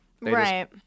Right